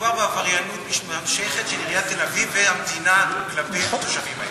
מדובר בעבריינות מתמשכת של עיריית תל-אביב והמדינה כלפי התושבים האלה.